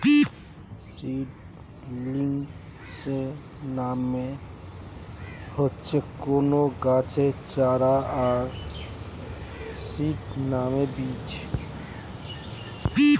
seedlings মানে হচ্ছে কোনো গাছের চারা আর সিড মানে বীজ